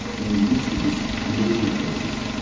in the midst of this emotional crisis,